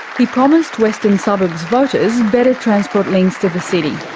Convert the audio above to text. he promised western suburbs voters better transport links to the citytony